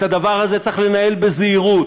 את הדבר הזה צריך לנהל בזהירות.